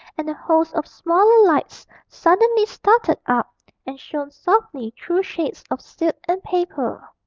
and a host of smaller lights suddenly started up and shone softly through shades of silk and paper.